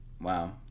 Wow